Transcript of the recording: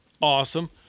awesome